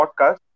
podcast